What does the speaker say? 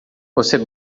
você